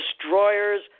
destroyers